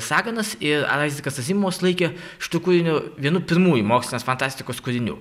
saganas ir aizekas azimovas laikė šitu kūriniu vienu pirmųjų mokslinės fantastikos kūrinių